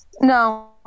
No